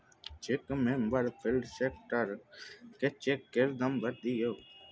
cheque number field select कए cheque केर number दियौ